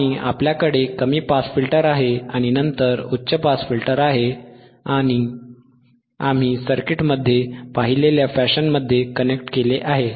आणि आपल्याकडे कमी पास फिल्टर आहे आणि नंतर उच्च पास फिल्टर आहे आम्ही सर्किटमध्ये पाहिलेल्या फॅशनमध्ये कनेक्ट केले आहे